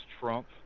Trump